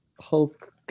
hulk